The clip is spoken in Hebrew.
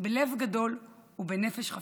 בלב גדול ובנפש חפצה.